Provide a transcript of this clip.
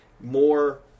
more